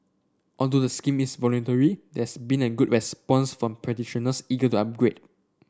although the scheme is voluntary there has been a good response from practitioners eager to upgrade